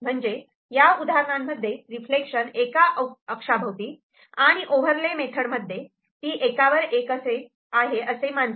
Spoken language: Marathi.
म्हणजे या उदाहरणांमध्ये रिफ्लेक्शन एका अक्षाभोवती आणि ओव्हरले मेथड मध्ये एकावर एक असे मानते